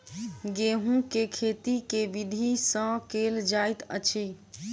गेंहूँ केँ खेती केँ विधि सँ केल जाइत अछि?